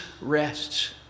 rests